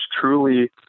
truly